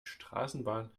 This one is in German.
straßenbahn